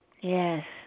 Yes